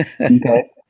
Okay